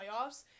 playoffs